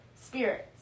spirits